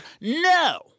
No